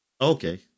Okay